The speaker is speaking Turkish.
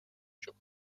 çok